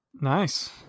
Nice